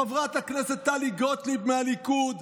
חברת הכנסת טלי גוטליב מהליכוד,